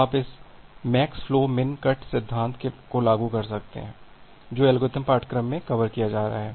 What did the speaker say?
तो आप इस मैक्स फ्लो मिन कट सिद्धांत को लागू कर सकते हैं जो एल्गोरिथम पाठ्यक्रम में कवर किया जा रहा है